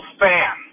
fan